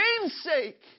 namesake